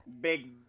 Big